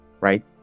right